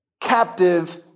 captive